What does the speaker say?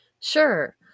Sure